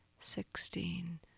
sixteen